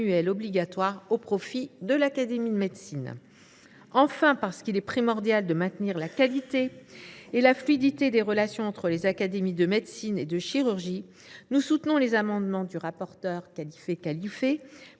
obligatoire au profit de l’Académie nationale de médecine. Enfin, parce qu’il est primordial de maintenir la qualité et la fluidité des relations entre les académies nationales de médecine et de chirurgie, nous soutenons les amendements du rapporteur Khalifé Khalifé